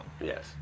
Yes